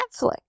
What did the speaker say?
Netflix